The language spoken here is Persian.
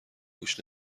گوش